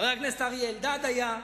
חבר הכנסת אריה אלדד היה,